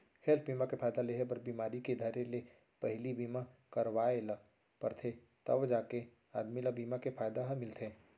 health बीमा के फायदा लेहे बर बिमारी के धरे ले पहिली बीमा करवाय ल परथे तव जाके आदमी ल बीमा के फायदा ह मिलथे